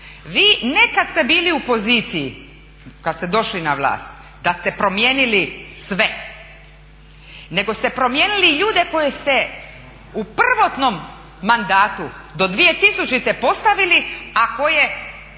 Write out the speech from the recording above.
Vi ne kada ste bili u poziciji, kada ste došli na vlast da ste promijenili sve nego ste promijenili ljude koje ste u prvotnom mandatu do 2000.postavili, a koje